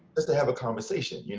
just to have a conversation. yeah